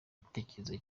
igitekerezo